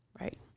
Right